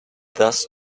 thus